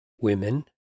women